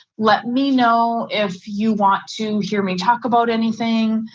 let me know if you want to hear me talk about anything.